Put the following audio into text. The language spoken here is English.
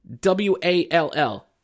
W-A-L-L